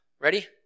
Ready